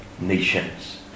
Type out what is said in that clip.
nations